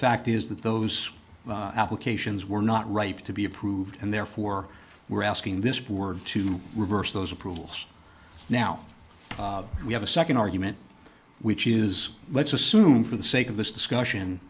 fact is that those applications were not ripe to be approved and therefore were asking this board to reverse those approvals now we have a second argument which is let's assume for the sake of this discussion